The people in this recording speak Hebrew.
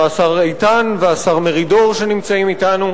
השר איתן והשר מרידור, שנמצאים אתנו.